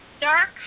dark